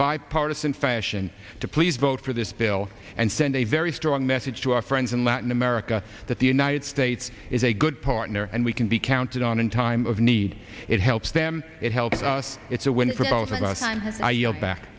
bipartisan fashion to please vote for this bill and send a very strong message to our friends in latin america that the united states is a good partner and we can be counted on in time of need it helps them it helps us it's a win for both of us on her i yell back